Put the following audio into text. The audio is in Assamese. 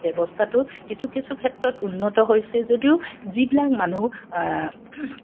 ব্যৱস্থাটো কিছু কিছু ক্ষেত্ৰত উন্নত হৈছে যদিও যিবিলাক মানুহ